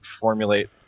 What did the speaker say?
formulate